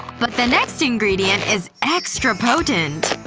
but the next ingredient is extra potent.